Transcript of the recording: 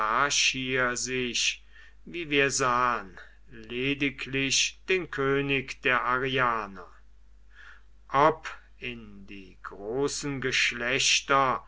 sich wie wir sahen lediglich den könig der arianer ob in die großen geschlechter